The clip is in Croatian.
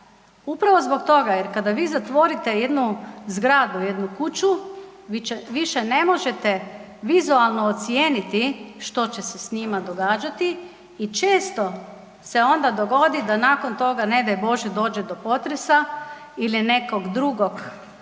Upravo zbog toga jer kada vi zatvorite jednu zgradu, jednu kuću, više ne možete vizualno ocijeniti što će se s njima događati i često se onda dogodit da nakon toga ne daj bože dođe do potresa ili neke druge